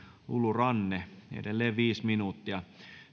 lulu ranne edelleen viisi minuuttia